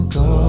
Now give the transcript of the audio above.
go